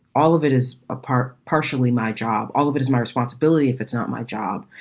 all of it is a part, partially my job. all of it is my responsibility if it's not my job.